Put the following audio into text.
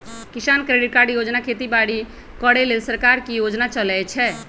किसान credit card योजना खेती बाड़ी करे लेल सरकार के योजना चलै छै